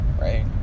Right